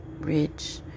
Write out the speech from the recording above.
rich